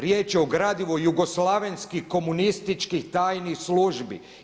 Riječ je o gradivu jugoslavenskih komunističkih tajnih službi.